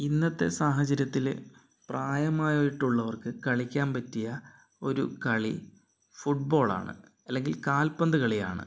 ഇന്നത്തെ സാഹചര്യത്തിൽ പ്രായമായിട്ടുള്ളവർക്ക് കളിക്കാൻ പറ്റിയ ഒരു കളി ഫുട്ബോളാണ് അല്ലെങ്കിൽ കാൽപന്ത് കളിയാണ്